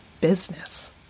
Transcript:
business